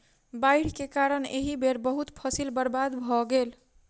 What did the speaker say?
बाइढ़ के कारण एहि बेर बहुत फसील बर्बाद भअ गेल